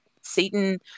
satan